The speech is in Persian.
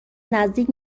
نزدیک